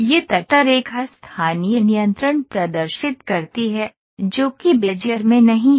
ये तटरेखा स्थानीय नियंत्रण प्रदर्शित करती है जो कि बेजियर में नहीं है